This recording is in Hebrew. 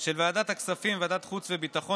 של ועדת הכספים וועדת החוץ והביטחון